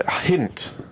hint